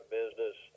business